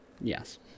yes